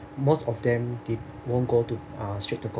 most of them they won't go to uh straight to